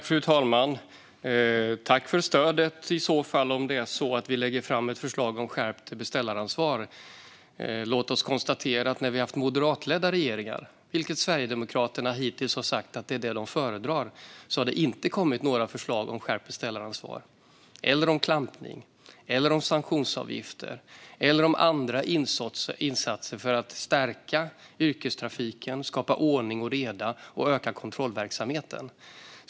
Fru talman! Jag tackar i så fall för stödet om vi lägger fram ett förslag om skärpt beställaransvar. Men låt oss konstatera att när vi har haft moderatledda regeringar, vilket Sverigedemokraterna hittills har sagt sig föredra, har det inte kommit några förslag om skärpt beställaransvar, klampning, sanktionsavgifter eller andra insatser för att stärka yrkestrafiken, skapa ordning och reda och öka kontrollverksamheten.